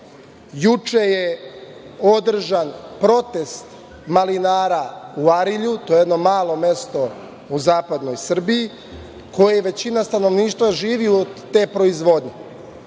je održan protest malinara u Arilju, to je jedno malo mesto u zapadnoj Srbiji, u kojem većina stanovništva živi od te proizvodnje.